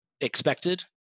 expected